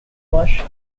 marsh